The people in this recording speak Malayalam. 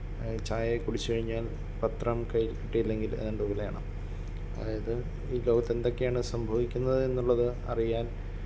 ചായ കുടിച്ചുകഴിഞ്ഞാൽ പത്രം കയ്യിൽ കിട്ടിയില്ലെങ്കിൽ എന്തോ പോലെയാണ് അതായത് ഈ ലോകത്ത് എന്തൊക്കെയാണ് സംഭവിക്കുന്നത് എന്നുള്ളത് അറിയാൻ